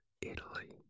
Italy